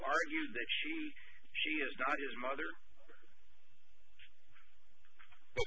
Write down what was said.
are you mother what